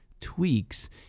tweaks